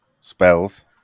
spells